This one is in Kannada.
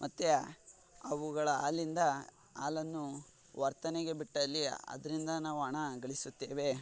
ಮತ್ತು ಅವುಗಳ ಹಾಲಿಂದ ಹಾಲನ್ನು ವರ್ತನೆಗೆ ಬಿಟ್ಟಲ್ಲಿ ಅದರಿಂದ ನಾವು ಹಣ ಗಳಿಸುತ್ತೇವೆ